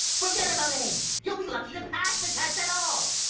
forget about a's! you'll be lucky to pass the test at all!